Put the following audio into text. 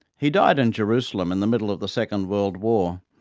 he died in jerusalem in the middle of the second world war,